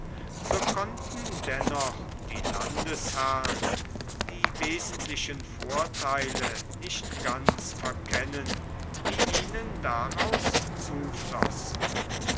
so konnten dennoch die landesherren die wesentlichen vortheile nicht ganz verkennen die ihnen daraus